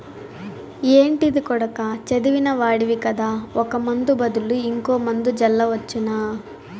ఏంటిది కొడకా చదివిన వాడివి కదా ఒక ముందు బదులు ఇంకో మందు జల్లవచ్చునా